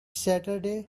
saturday